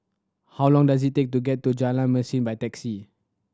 how long does it take to get to Jalan Mesin by taxi